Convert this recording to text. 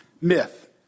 myth